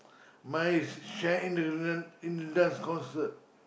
mine is share in share in the dance concert